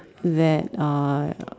that uh